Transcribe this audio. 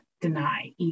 deny